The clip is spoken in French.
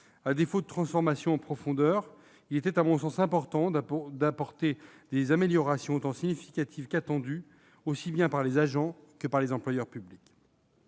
À défaut de transformation en profondeur, il était à mon sens important d'apporter des améliorations qui sont aussi significatives qu'attendues par les agents et par les employeurs publics.